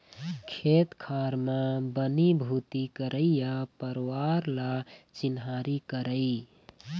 खेत खार म बनी भूथी करइया परवार ल चिन्हारी करई